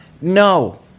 No